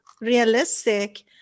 realistic